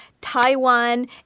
Taiwan